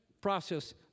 process